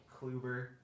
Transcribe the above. Kluber